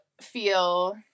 feel